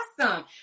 Awesome